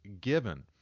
given